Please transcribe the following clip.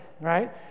right